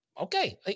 Okay